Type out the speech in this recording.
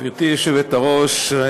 גברתי היושבת-ראש,